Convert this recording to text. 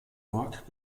york